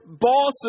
boss